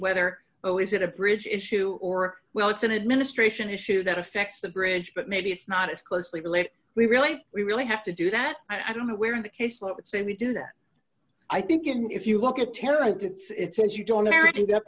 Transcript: whether it was it a bridge issue or well it's an administration issue that affects the bridge but maybe it's not as closely related we really we really have to do that i don't know where in the case let's say we do that i think and if you look at tell it it's as you don't